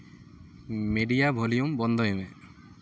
media volume ᱵᱚᱱᱫᱚᱭ ᱢᱮ